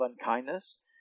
unkindness